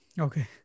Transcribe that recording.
Okay